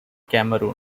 cameroon